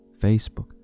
Facebook